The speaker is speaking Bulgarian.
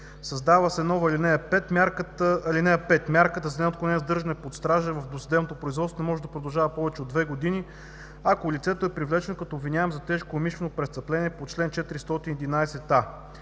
Създава се нова ал. 5: „(5) мярката за неотклонение задържане под стража в досъдебното производство може да продължава повече от две години, ако лицето е привлечено като обвиняемо за тежко умишлено престъпление по чл. 411а“…,